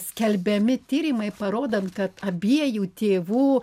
skelbiami tyrimai parodant kad abiejų tėvų